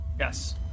Yes